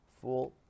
full